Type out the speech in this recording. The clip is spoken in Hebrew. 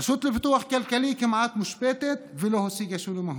הרשות לפיתוח כלכלי כמעט מושבתת ולא השיגה שינוי מהותי,